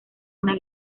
una